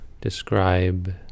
describe